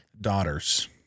daughters